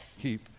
keep